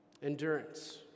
Endurance